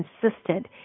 consistent